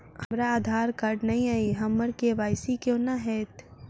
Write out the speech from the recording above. हमरा आधार कार्ड नै अई हम्मर के.वाई.सी कोना हैत?